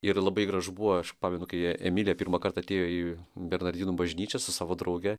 ir labai gražu buvo aš pamenu kai emilė pirmąkart atėjo į bernardinų bažnyčią su savo drauge